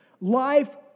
Life